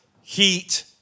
heat